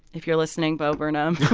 if you're listening, bo burnham.